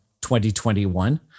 2021